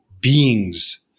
beings